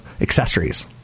accessories